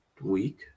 week